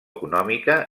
econòmica